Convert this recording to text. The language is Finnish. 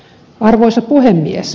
arvoisa puhemies